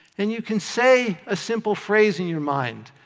and you can say a simple phrase in your mind,